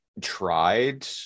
tried